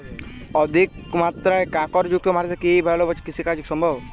অধিকমাত্রায় কাঁকরযুক্ত মাটিতে কি ভালো কৃষিকাজ সম্ভব?